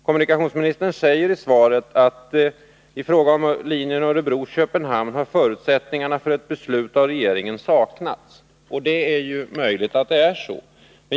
Kommunikationsministern säger i svaret: ”I fråga om linjen Örebro-Köpenhamn har förutsättningarna för ett beslut av regeringen saknats.” Det är möjligt att det är så.